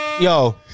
Yo